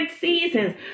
seasons